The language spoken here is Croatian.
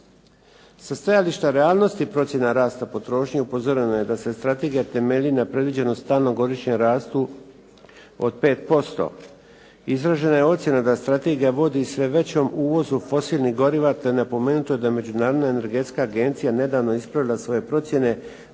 Sa stajališta realnost procjena rasta potrošnje upozoreno je da strategija temelji na predviđenom stalnom godišnjem rastu od 5% Izražena je ocjena da strategija vodi sve većem uvozu fosilnih goriva te je napomenuto da je Međunarodna energetska agencija nedavno ispravila svoje procjene